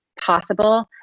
possible